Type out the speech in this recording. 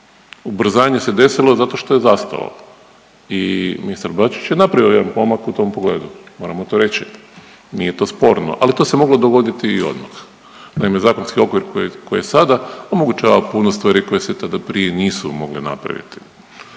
Ubrzanje se desilo zato što je zastalo i ministar Bačić je napravio jedan pomak u tom pogledu, moramo to reći, nije to sporno, ali to se moglo dogoditi i odmah. Naime, zakonski okvir koji je sada omogućava puno stvari koje se tada prije nisu mogle napraviti.